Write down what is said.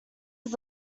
his